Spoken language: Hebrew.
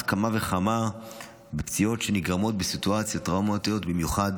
כמה וכמה בפציעות שנגרמות בסיטואציות טראומטיות במיוחד,